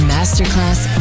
Masterclass